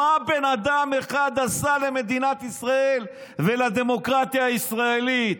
מה בן אדם אחד עשה למדינת ישראל ולדמוקרטיה הישראלית.